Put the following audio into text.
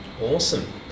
Awesome